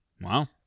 Wow